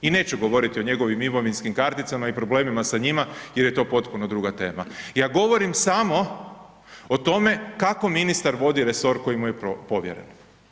I neću govoriti o njegovim imovinskim karticama i problemima sa njima jer je to potpuno druga tema, ja govorim samo o tome kako ministar vodi resor koji mu je povjeren.